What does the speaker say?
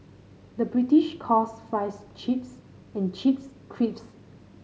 the British calls fries chips and chips crisps